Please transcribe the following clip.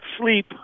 sleep